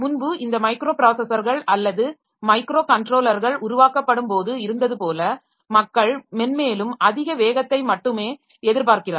முன்பு இந்த மைக்ரோ ப்ராஸஸர்கள் அல்லது மைக்ரோகண்ட்ரோலர்கள் உருவாக்கப்படும் போது இருந்தது போல மக்கள் மென்மேலும் அதிக வேகத்தை மட்டுமே எதிர்பார்க்கிறார்கள்